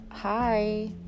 Hi